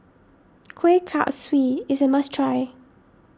Kueh Kaswi is a must try